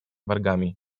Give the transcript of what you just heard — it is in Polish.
wargami